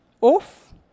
off